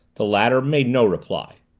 the latter made no reply.